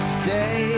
stay